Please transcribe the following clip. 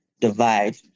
Divide